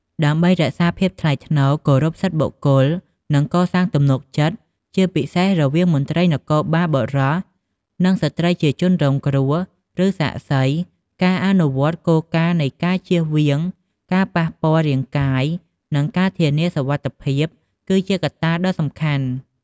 ដើម្បីរក្សាភាពថ្លៃថ្នូរ គោរពសិទ្ធិបុគ្គល និងកសាងទំនុកចិត្ត ជាពិសេសរវាងមន្ត្រីនគរបាលបុរស និងស្ត្រីជាជនរងគ្រោះ ឬសាក្សី ការអនុវត្តគោលការណ៍នៃការជៀសវាងការប៉ះពាល់រាងកាយ និងការធានាសុវត្ថិភាព គឺជាកត្តាដ៏សំខាន់។